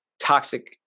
toxic